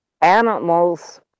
Animals